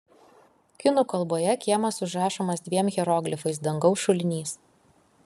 kinų kalboje kiemas užrašomas dviem hieroglifais dangaus šulinys